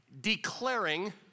declaring